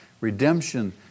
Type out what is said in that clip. Redemption